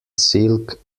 silk